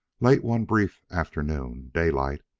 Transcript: late one brief afternoon, daylight,